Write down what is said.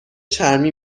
چرمی